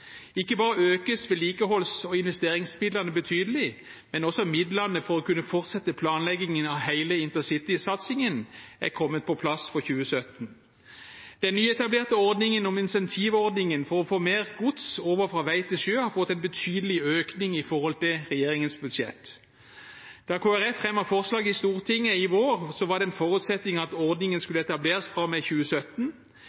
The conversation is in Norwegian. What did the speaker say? Ikke bare økes vedlikeholds- og investeringsmidlene betydelig, men også midlene for å kunne fortsette planleggingen av hele intercitysatsingen er kommet på plass for 2017. Den nyetablerte ordningen, incentivordningen, for å få mer gods over fra vei til sjø har fått en betydelig økning i forhold til regjeringens budsjett. Da Kristelig Folkeparti fremmet forslag i Stortinget i vår, var det en forutsetning at ordningen